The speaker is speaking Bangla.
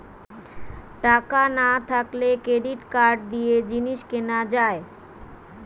টাকা না থাকলে ক্রেডিট কার্ড দিয়ে জিনিস কিনা যায়